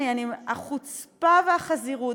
החוצפה והחזירות,